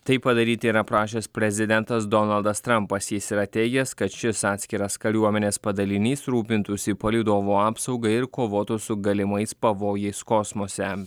tai padaryti yra prašęs prezidentas donaldas trampas jis yra teigęs kad šis atskiras kariuomenės padalinys rūpintųsi palydovų apsauga ir kovotų su galimais pavojais kosmose